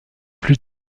plus